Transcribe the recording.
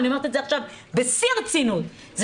ואני אומרת את זה עכשיו בשיא הרצינות זה